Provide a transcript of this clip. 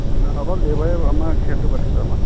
অকল দেওবাৰে আমাৰ খেলটো পাতিছোঁ আমাৰ